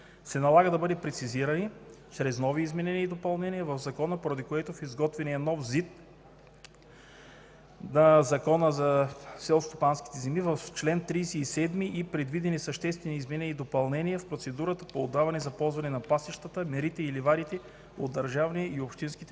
се налага да бъдат прецизирани чрез нови изменения и допълнения в закона, поради което с изготвения нов ЗИД на Закона за селскостопанските земи в чл. 37 са предвидени съществени изменения и допълнения в процедурата по отдаване за ползване на пасищата, мерите и ливадите от държавния и общинските поземлени